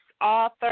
author